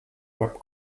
web